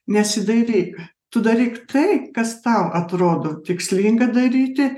nesidairyk tu daryk tai kas tau atrodo tikslinga daryti